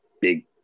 big